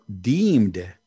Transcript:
deemed